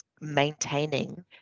maintaining